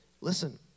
Listen